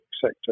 sector